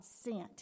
sent